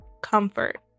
comfort